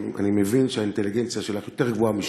אני מבין שהאינטליגנציה שלך יותר גבוהה משלי.